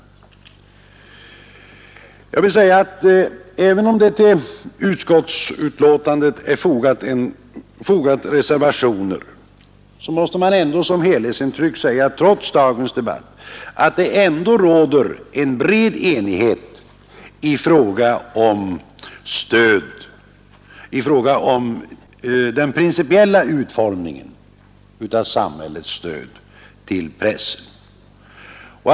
Även om det till detta utskottsbetänkande är fogat reservationer måste man som helhetsintryck trots dagens debatt säga att det råder en bred enighet i fråga om den principiella utformningen av samhällets stöd till pressen.